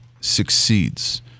succeeds